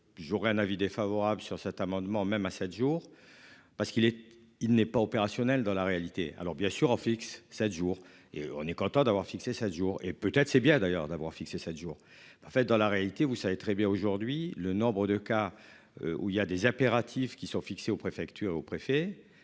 j'aurais un avis défavorable sur cet amendement. Même à sept jours parce qu'il est, il n'est pas opérationnelle dans la réalité. Alors bien sûr en fixe sept jours et on est content d'avoir fixé ça jour et peut être c'est bien d'ailleurs d'abord fixé sept jours en fait dans la réalité, vous savez très bien aujourd'hui le nombre de cas. Où il y a des impératifs qui sont fixé aux préfectures au préfet